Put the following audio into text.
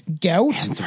gout